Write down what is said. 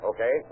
Okay